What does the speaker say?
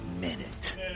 minute